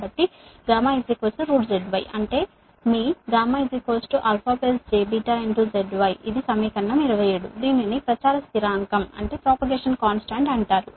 కాబట్టి γzy అంటే మీ γ α jβ zy ఇది సమీకరణం 27 దీనిని ప్రోపగేషన్ కాంస్టాంట్ అంటారు